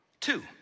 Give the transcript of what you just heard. Two